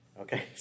Okay